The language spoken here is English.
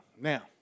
Now